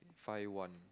five one